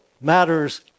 matters